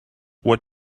what